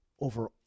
over